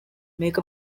make